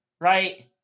right